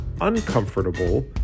uncomfortable